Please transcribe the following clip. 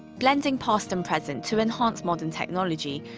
blending past and present to enhance modern technology.